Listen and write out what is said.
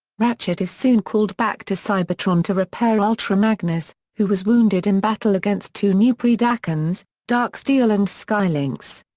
ratchet is soon called back to cybertron to repair ultra magnus, who was wounded in battle against two new predacons, darksteel and skylynx.